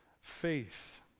faith